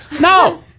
No